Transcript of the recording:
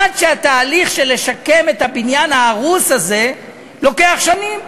עד שנגמר התהליך של שיקום את הבניין ההרוס הזה לוקח שנים.